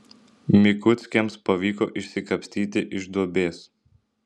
mikuckiams pavyko išsikapstyti iš duobės